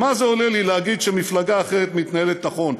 מה זה עולה לי להגיד שמפלגה אחרת מתנהלת נכון?